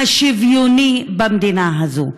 לשוויון במדינה הזאת.